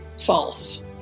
false